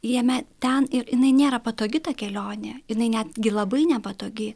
jame ten ir jinai nėra patogi ta kelionė jinai netgi labai nepatogi